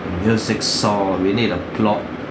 music saw we need a plot